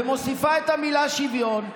ומוסיפה את המילה "שוויון",